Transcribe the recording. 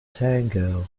tango